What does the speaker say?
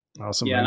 Awesome